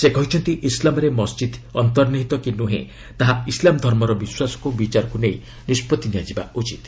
ସେ କହିଛନ୍ତି ଇସଲାମ୍ରେ ମସ୍ଜିଦ୍ ଅନ୍ତର୍ନିହିତ କି ନୁହେଁ ତାହା ଇସଲାମ ଧର୍ମର ବିଶ୍ୱାସକୁ ବିଚାରକୁ ନେଇ ନିଷ୍ପଭି ନିଆଯିବା ଉଚିତ୍